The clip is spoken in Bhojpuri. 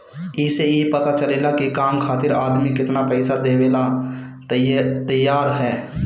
ए से ई पता चलेला की काम खातिर आदमी केतनो पइसा देवेला तइयार हअ